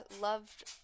loved –